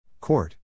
Court